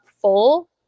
full